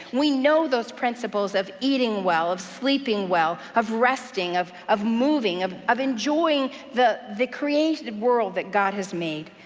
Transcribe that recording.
we know those principles of eating well, of sleeping well, of resting, of of moving, of of enjoying the the created world that god has made.